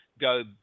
go